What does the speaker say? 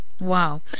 wow